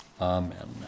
Amen